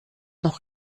noch